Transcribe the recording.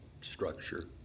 structure